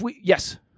Yes